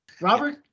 Robert